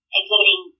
exhibiting